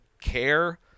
care